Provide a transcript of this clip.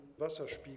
Wasserspiegel